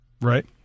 right